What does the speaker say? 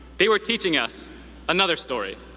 they were teaching us another story,